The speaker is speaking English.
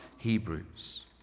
Hebrews